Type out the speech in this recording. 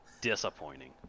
Disappointing